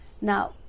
Now